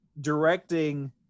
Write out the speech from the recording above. directing